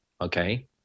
okay